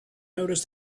noticed